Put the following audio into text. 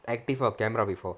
acting in front of camera before